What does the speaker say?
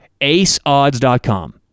aceodds.com